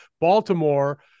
Baltimore